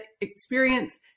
experience